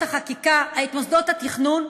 התכנון,